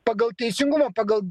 pagal teisingumą pagal